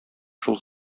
шул